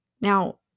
Now